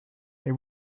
they